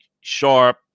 sharp